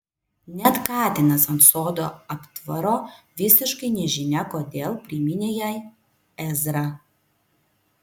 net katinas ant sodo aptvaro visiškai nežinia kodėl priminė jai ezrą